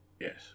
Yes